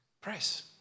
press